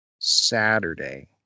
Saturday